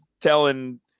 telling